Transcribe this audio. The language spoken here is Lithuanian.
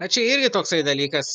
na čia irgi toksai dalykas